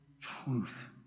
truth